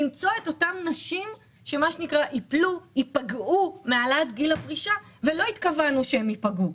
למצוא את אותן נשים שייפגעו מהעלאת גיל הפרישה ולא התכוונו שהן ייפגעו.